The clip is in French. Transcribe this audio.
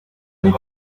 n’y